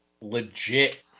legit